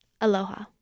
Aloha